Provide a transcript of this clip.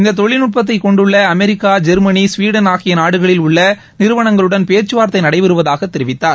இந்தத் தொழில்நட்பத்தை கொன்டுள்ள அமெரிக்கா ஜெர்மனி ஸ்வீடன் ஆகிய நாடுகளில் உள்ள நிறுவனங்களுடன் பேச்சுவார்த்தை நடைபெறுவதாக தெரிவித்தார்